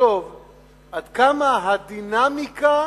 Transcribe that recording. לחשוב עד כמה הדינמיקה